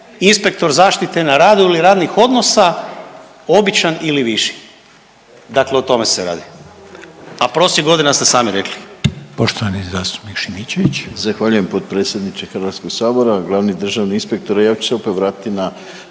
inspektor zaštite na radu ili radnih odnosa, običan ili viši, dakle o tome se radi, a prosjek godina ste sami rekli.